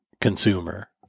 consumer